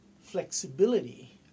flexibility